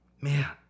Man